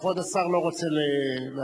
כבוד השר לא רוצה להשיב,